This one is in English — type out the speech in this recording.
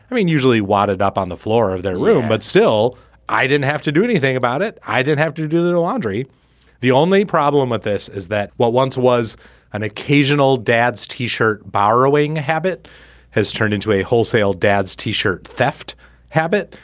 i mean usually wadded up on the floor of their room. but still i didn't have to do anything about it. i didn't have to do the laundry the only problem with this is that what once was an occasional dad's t-shirt borrowing habit has turned into a wholesale dad's t-shirt theft habit.